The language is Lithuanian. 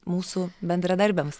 mūsų bendradarbiams